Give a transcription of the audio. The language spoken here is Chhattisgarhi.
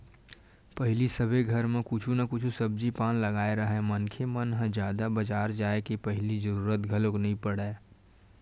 पहिली सबे घर म कुछु न कुछु सब्जी पान लगाए राहय मनखे मन ह जादा बजार जाय के पहिली जरुरत घलोक नइ पड़य